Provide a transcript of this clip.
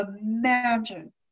imagine